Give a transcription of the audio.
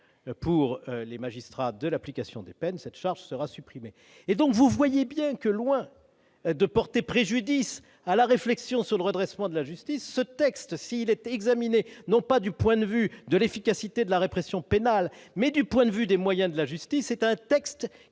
pour les magistrats de l'application des peines sera donc supprimée. Aussi, vous le voyez bien, loin de porter préjudice à la réflexion sur le redressement de la justice, ce texte, s'il est examiné non pas du point de vue de l'efficacité de la répression pénale, mais du point de vue des moyens de la justice, allège